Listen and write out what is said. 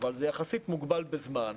אבל יחסית זה מוגבל בזמן,